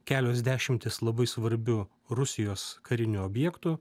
kelios dešimtys labai svarbių rusijos karinių objektų